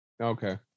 Okay